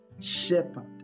shepherd